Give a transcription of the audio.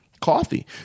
Coffee